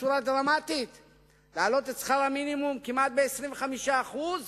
גם בעבודה משותפת עם חברי קואליציה אחראיים בוועדות,